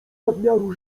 nadmiaru